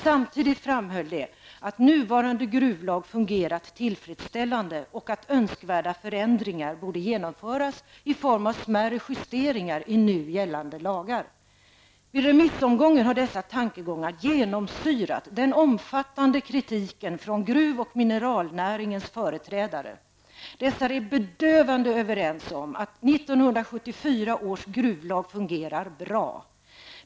Samtidigt framhöll de att nuvarande gruvlag har fungerat tillfredsställande och att önskvärda förändringar borde genomföras i form av smärre justeringar i nu gällande lagar. Vid remissomgången har dessa tankegångar genomsyrat den omfattande kritiken från gruv och mineralnäringens företrädare. Dessa är bedövande överens om att 1974 års gruvlag fungerar bra.